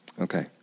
Okay